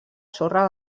sorra